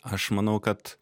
aš manau kad